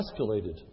escalated